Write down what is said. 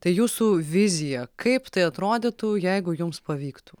tai jūsų vizija kaip tai atrodytų jeigu jums pavyktų